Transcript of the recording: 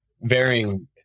varying